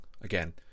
again